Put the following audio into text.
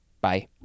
bye